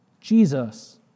Jesus